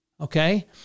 okay